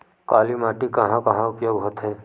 काली माटी के कहां कहा उपयोग होथे?